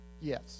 Yes